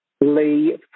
Lee